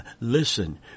Listen